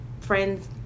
friends